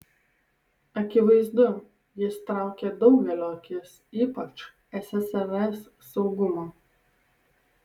akivaizdu jis traukė daugelio akis ypač ssrs saugumo